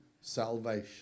salvation